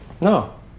no